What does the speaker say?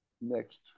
next